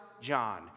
John